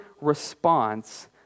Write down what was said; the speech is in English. response